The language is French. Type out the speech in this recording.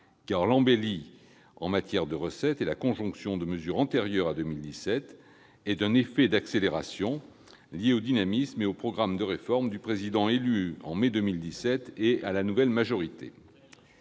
l'embellie en matière de recettes est la conjonction de mesures antérieures à 2017 et d'un effet d'accélération lié au dynamisme et au programme de réforme du président élu en mai 2017 et de la nouvelle majorité.